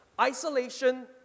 Isolation